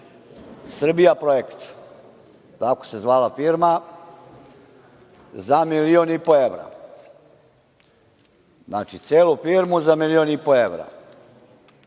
„Srbijaprojekt“, tako se zvala firma, za milion i po evra. Znači, celu firmu za milion i po evra.